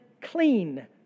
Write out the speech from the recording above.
clean